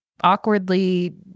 awkwardly